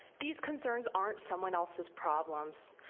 these concerns aren't someone else's problems.